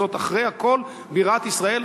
זאת אחרי הכול בירת ישראל,